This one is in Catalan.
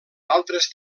altres